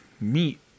meat